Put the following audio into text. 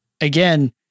again